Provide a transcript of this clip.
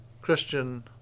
Christian